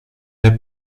der